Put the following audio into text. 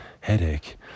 headache